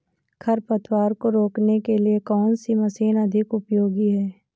खरपतवार को रोकने के लिए कौन सी मशीन अधिक उपयोगी है?